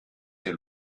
hier